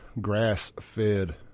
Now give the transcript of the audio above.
Grass-Fed